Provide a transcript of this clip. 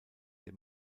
der